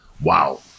Wow